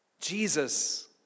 Jesus